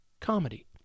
comedy